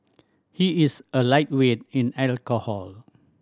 he is a lightweight in alcohol